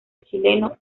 chileno